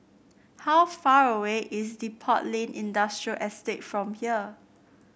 how far away is Depot Lane Industrial Estate from here